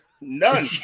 none